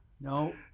No